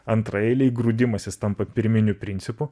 antraeiliai grūdimasis tampa pirminiu principu